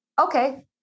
Okay